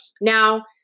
Now